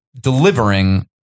delivering